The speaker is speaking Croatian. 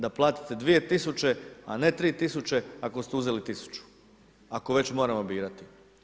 Da platite 2 tisuće, a ne 3 tisuće ako ste uzeli tisuću, ako već moramo birati.